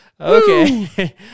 Okay